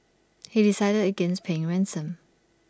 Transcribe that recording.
he decided against paying ransom